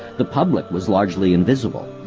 the public was largely invisible.